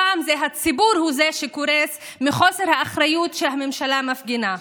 הפעם הציבור הוא זה שקורס מחוסר האחריות שהממשלה מפגינה.